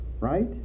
right